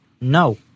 no